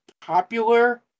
popular